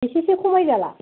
एसेसो खमायजाला